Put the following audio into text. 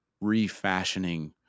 refashioning